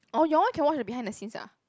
orh your one can watch the behind the scenes ah